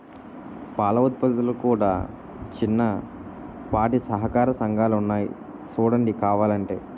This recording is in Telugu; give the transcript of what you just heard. పాల ఉత్పత్తులకు కూడా చిన్నపాటి సహకార సంఘాలున్నాయి సూడండి కావలంటే